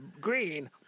green